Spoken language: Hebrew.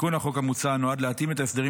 תיקון החוק המוצע נועד להתאים את ההסדרים